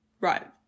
Right